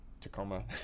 Tacoma